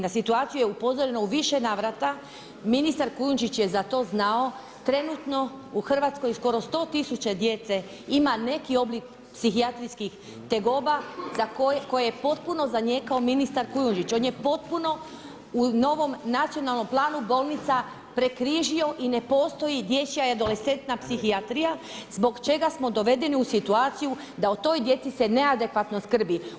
Na situaciju je upozoreno u više navrata, ministar Kujundžić je za to znao, trenutno u Hrvatskoj skoro 100 000 djece ima neki oblik psihijatrijskih tegoba koje je potpuno zanijekao ministar Kujundžić, on je potpuno u novom nacionalnom planu bolnica prekrižio i ne postoji dječja adolescentna psihijatrija zbog čega smo dovedeni u situaciju da o toj djeci se neadekvatno skrbi.